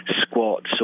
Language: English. squats